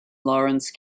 lawrence